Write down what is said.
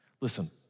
Listen